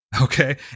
Okay